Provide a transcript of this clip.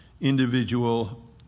individual